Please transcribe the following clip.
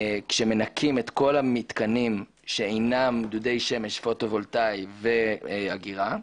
כשמנכים את כל המתקנים שאינם דודי שמש פוטו וולטאים ואגירה.